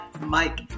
Mike